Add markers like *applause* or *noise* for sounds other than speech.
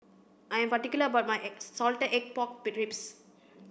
I am particular about my *unintelligible* salted egg pork ribs